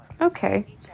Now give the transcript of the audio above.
Okay